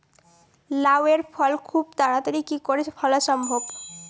লাউ এর ফল খুব তাড়াতাড়ি কি করে ফলা সম্ভব?